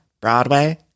Broadway